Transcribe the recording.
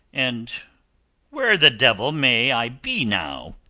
and where the devil may i be now?